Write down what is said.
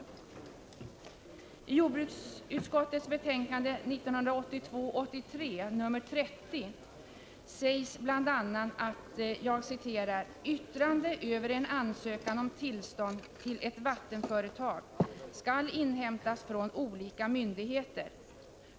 I jordbruksutskottets betänkande 1982/83:30 sägs bl.a. att ”yttrande över en ansökan om tillstånd till ett vattenföretag skall inhämtas från olika myndigheter.